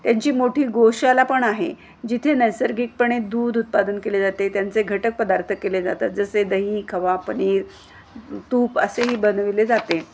त्यांची मोठी गोशाला पण आहे जिथे नैसर्गिकपणे दूध उत्पादन केले जाते त्यांचे घटक पदार्थ केले जातात जसे दही खवा पनीर तूप असेही बनविले जाते